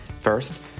First